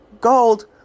gold